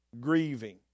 grieving